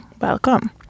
Welcome